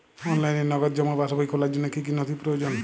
অনলাইনে নগদ জমা পাসবই খোলার জন্য কী কী নথি প্রয়োজন?